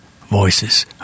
voices